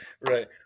Right